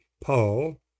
Paul